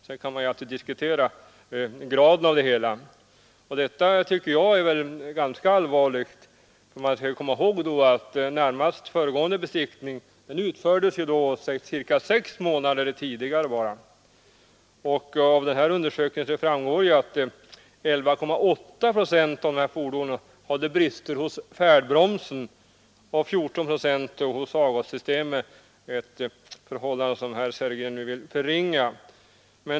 Sedan kan man naturligtvis diskutera graden av dessa fel, men jag tycker att detta är ganska allvarligt. Vi skall komma ihåg att närmast föregående besiktning utfördes bara ca sex månader tidigare. Av denna undersökning framgår att 11,8 procent av fordonen uppvisade brister hos färdbromsen och 14 procent hos avgassystemet, ett förhållande som herr Sellgren nu vill förringa.